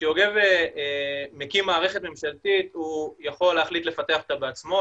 שיוגב מקים מערכת ממשלתית הוא יכול להחליט לפתח אותה בעצמו,